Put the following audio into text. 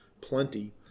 plenty